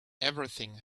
everything